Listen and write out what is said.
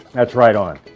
that's right on.